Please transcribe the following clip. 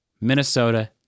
Minnesota